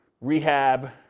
rehab